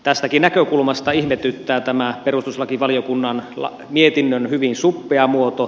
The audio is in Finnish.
tästäkin näkökulmasta ihmetyttää tämä perustuslakivaliokunnan mietinnön hyvin suppea muoto